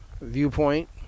viewpoint